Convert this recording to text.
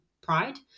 Pride